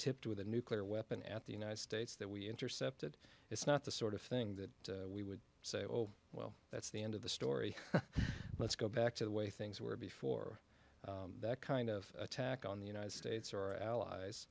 tipped with a nuclear weapon at the united states that we intercepted it's not the sort of thing that we would say oh well that's the end of the story let's go back to the way things were before that kind of attack on the united states or our allies